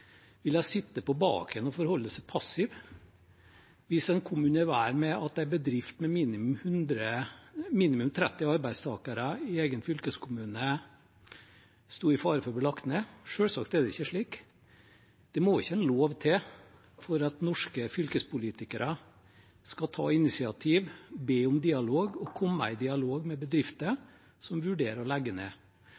på baken og forholdt seg passiv hvis en kom under vær med at en bedrift med minimum 30 arbeidstakere i egen fylkeskommune sto i fare for å bli lagt ned? Selvsagt er det ikke slik. Det må ikke en lov til for at norske fylkespolitikere skal ta initiativ, be om dialog og komme i dialog med bedrifter